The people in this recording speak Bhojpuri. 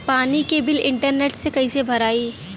पानी के बिल इंटरनेट से कइसे भराई?